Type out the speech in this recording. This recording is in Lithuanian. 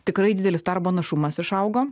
tikrai didelis darbo našumas išaugo